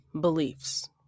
beliefs